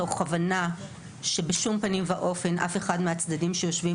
מתוך הבנה שבשום פנים ואופן אף אחד מהצדדים שיושבים